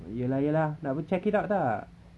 iya lah iya lah nak pergi check it out tak